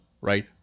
right